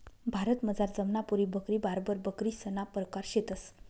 भारतमझार जमनापुरी बकरी, बार्बर बकरीसना परकार शेतंस